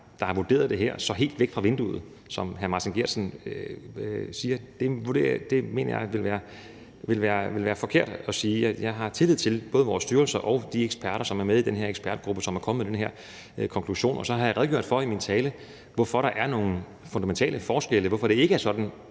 der har vurderet det her, så helt væk fra vinduet, som hr. Martin Geertsen siger? Det mener jeg ville være forkert at sige. Jeg har tillid til både vores styrelser og de eksperter, som er med i den her ekspertgruppe, og som er kommet med den her konklusion. Så har jeg redegjort for i min tale, hvorfor der er nogle fundamentale forskelle, og hvorfor der ikke er sådan